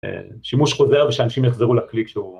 שימוש חוזר ושאנשים יחזרו לקליק שהוא